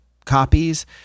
copies